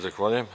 Zahvaljujem.